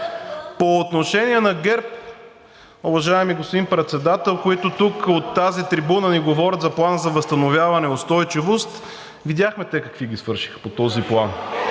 По отношение на ГЕРБ, уважаеми господин Председател, които тук от тази трибуна ни говорят за Плана за възстановяване и устойчивост, видяхме те какви ги свършиха по този план.